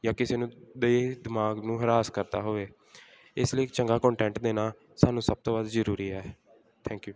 ਜਾਂ ਕਿਸੇ ਨੂੰ ਦੇ ਦਿਮਾਗ ਨੂੰ ਹਰਾਸ ਕਰਦਾ ਹੋਵੇ ਇਸ ਲਈ ਚੰਗਾ ਕੋਨਟੈਂਟ ਦੇਣਾ ਸਾਨੂੰ ਸਭ ਤੋਂ ਵੱਧ ਜ਼ਰੂਰੀ ਹੈ ਥੈਂਕ ਯੂ